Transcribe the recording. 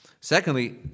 Secondly